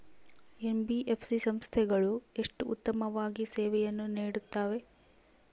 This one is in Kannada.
ಎನ್.ಬಿ.ಎಫ್.ಸಿ ಸಂಸ್ಥೆಗಳು ಎಷ್ಟು ಉತ್ತಮವಾಗಿ ಸೇವೆಯನ್ನು ನೇಡುತ್ತವೆ?